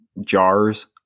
jars